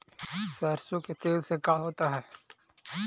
सरसों के तेल से का होता है?